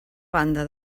banda